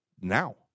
now